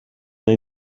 neu